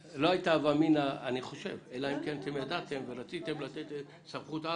אלא אם רציתם לתת סמכות-על.